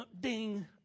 ding